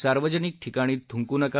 सार्वजनिक ठिकाणी थुंकू नका